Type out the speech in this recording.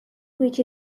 which